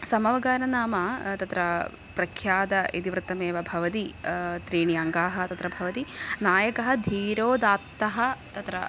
समवकारो नाम तत्र प्रख्यादः इतिवृत्तमेव भवति त्रीणि अङ्काः तत्र भवति नायकः धीरोदात्तः तत्र